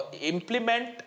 implement